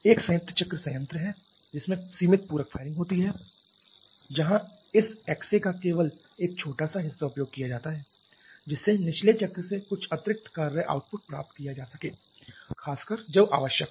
एक संयुक्त चक्र संयंत्र है जिसमें सीमित पूरक फायरिंग होती है जहां इस xA का केवल एक छोटा सा हिस्सा उपयोग किया जाता है जिससे निचले चक्र से कुछ अतिरिक्त कार्य आउटपुट प्राप्त किया जा सके खासकर जब आवश्यक हो